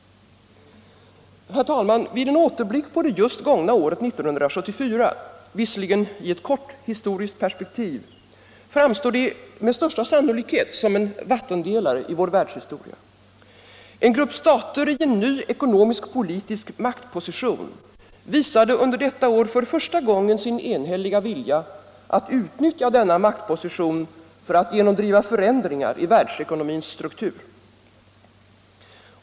Herr talman! Vid en återblick på det just gångna året 1974, visserligen i ett kort historiskt perspektiv, framstår det med största sannolikhet som en vattendelare i vår världshistoria. En grupp stater i en ny ekonomiskpolitisk maktposition visade under detta år för första gången sin enhälliga vilja att utnyttja sin maktposition för att genomdriva förändringar i världsekonomins struktur.